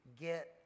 get